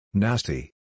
Nasty